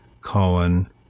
Cohen